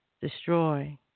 destroy